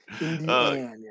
Indiana